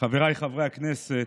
חבריי חברי הכנסת,